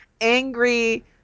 angry